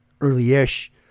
early-ish